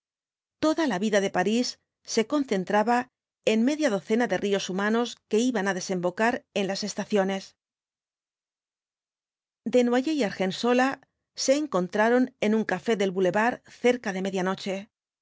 toda la vida de parís se concentraba en media docena de ríos humanos que iban á desembocar en las estaciones desnoyprs y argensola se encontraron en un café del bulevar cerca de